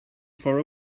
for